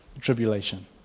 tribulation